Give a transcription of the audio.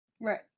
Right